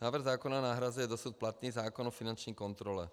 Návrh zákona nahrazuje dosud platný zákon o finanční kontrole.